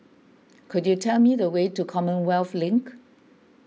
could you tell me the way to Commonwealth Link